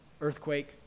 earthquake